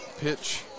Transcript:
pitch